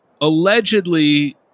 Allegedly